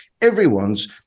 everyone's